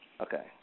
Okay